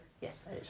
Yes